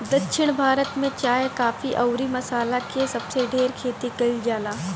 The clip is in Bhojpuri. दक्षिण भारत में चाय, काफी अउरी मसाला के सबसे ढेर खेती कईल जाला